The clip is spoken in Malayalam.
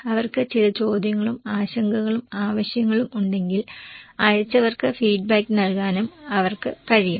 അവർക്ക് ചില ചോദ്യങ്ങളും ആശങ്കകളും ആവശ്യങ്ങളും ഉണ്ടെങ്കിൽ അയച്ചവർക്ക് ഫീഡ്ബാക്ക് നൽകാനും അവർക്ക് കഴിയും